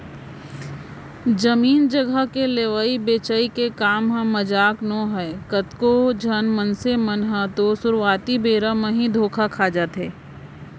जमीन जघा के लेवई बेचई के काम ह मजाक नोहय कतको झन मनसे मन ह तो सुरुवाती बेरा म ही धोखा खा जाथे